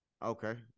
Okay